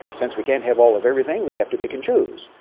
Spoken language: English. since we can't have all of everything, we have to pick and choose.